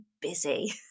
busy